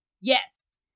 Yes